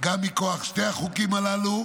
גם מכוח שני החוקים הללו,